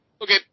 Okay